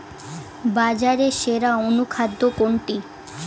বাজারে সেরা অনুখাদ্য কোনটি?